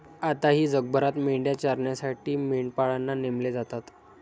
आताही जगभरात मेंढ्या चरण्यासाठी मेंढपाळांना नेमले जातात